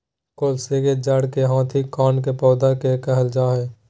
colocasia जड़ के हाथी कान के पौधा भी कहल जा हई